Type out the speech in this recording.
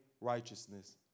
righteousness